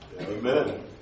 Amen